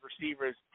receivers